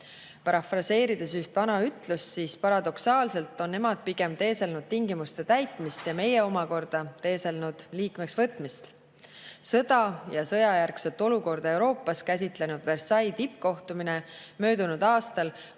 Parafraseerides üht vana ütlust, paradoksaalselt on nemad pigem teeselnud tingimuste täitmist ja meie omakorda oleme teeselnud liikmeks võtmist. Sõda ja sõjajärgset olukorda Euroopas käsitlenud Versailles' tippkohtumine möödunud aastal